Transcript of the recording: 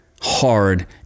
hard